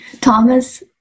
Thomas